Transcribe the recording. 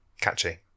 Catchy